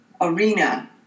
arena